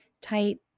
tight